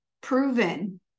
proven